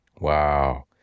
wow